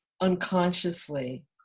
unconsciously